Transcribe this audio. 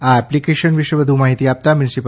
આ એપ્લીકેશન વિશે વધુ માહિતી આપતા મ્યુનિ